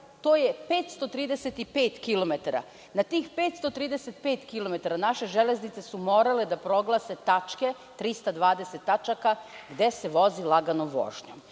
To je 535 kilometara. Na tih 535 kilometara naše železnice su morale da proglase tačke, 320 tačka gde se vozi laganom vožnjom.